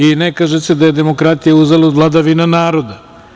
I ne kaže se da je demokratija, uzalud, vladavina naroda.